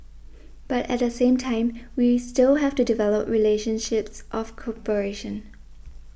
but at the same time we still have to develop relationships of cooperation